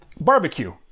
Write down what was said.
barbecue